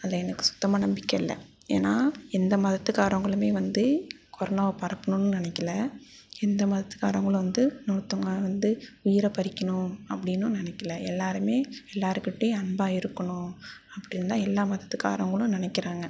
அதில் எனக்கு சுத்தமாக நம்பிக்கை இல்லை ஏன்னா எந்த மதத்துக்காரவங்களுமே வந்து கொரோனாவை பரப்பணும்ன்னு நினைக்கல எந்த மதத்துக்காரவங்களும் வந்து இன்னொருத்தவங்கள் வந்து உயிரை பறிக்கணும் அப்படினும் நினைக்கல எல்லோருமே எல்லார்கிட்டையும் அன்பாக இருக்கணும் அப்படின்னு தான் எல்லா மதத்துக்காரவங்களும் நினைக்கிறாங்க